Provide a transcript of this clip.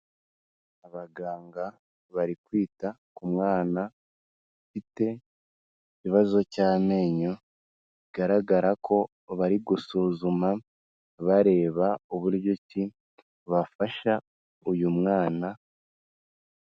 Abaganga bari kwita ku mwana ufite ikibazo cy'amenyo bigaragara ko bari gusuzuma bareba uburyo ki bafasha uyu mwana.